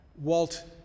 Walt